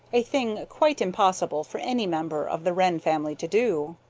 a thing quite impossible for any member of the wren family to do.